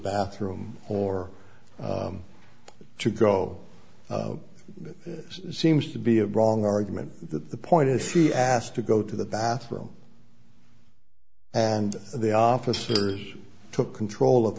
bathroom or to go it seems to be a wrong argument that the point is she asked to go to the bathroom and the officers took control of